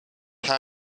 her